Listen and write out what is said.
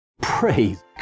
Praise